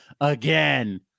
again